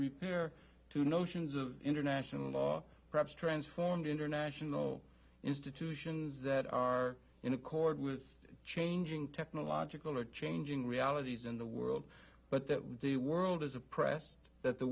repair to notions of international law perhaps transformed international institutions that are in accord with changing technological or changing realities in the world but that the world is oppressed that the